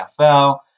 NFL